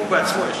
הוא בעצמו ישב.